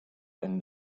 and